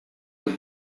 look